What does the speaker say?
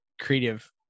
creative